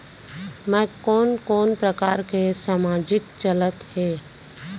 मैं कोन कोन प्रकार के सामाजिक चलत हे?